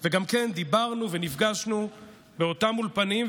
וגם כן דיברנו ונפגשנו באותם אולפנים.